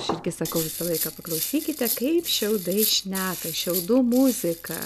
aš irgi sakau visą laiką paklausykite kaip šiaudai šneka šiaudų muzika